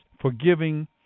forgiving